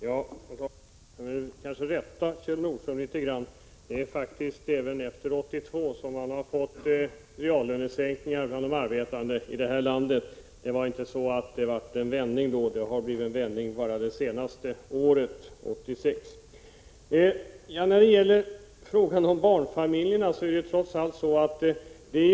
Herr talman! Jag vill rätta Kjell Nordström litet grand. De arbetande i vårt land har faktiskt fått reallönesänkningar även efter 1982. Det inträffade inte någon vändning vid den tidpunkten. Det är endast under 1986 som man har fått några reallöneförbättringar.